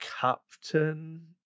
Captain